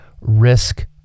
risk